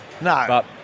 No